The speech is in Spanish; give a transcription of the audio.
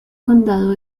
condado